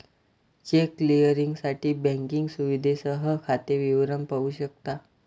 check क्लिअरिंगसाठी banking सुविधेसह खाते विवरण पाहू शकता